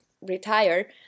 retire